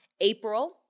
April